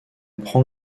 prend